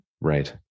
Right